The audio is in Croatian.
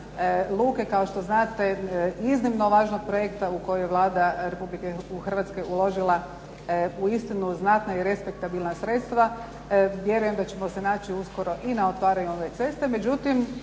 luke kao što znate iznimno važnog projekta u koji je Vlada Republike Hrvatske uložila uistinu znatna i respektabilna sredstva vjerujem da ćemo se naći uskoro i na otvaranju ove ceste.